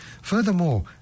Furthermore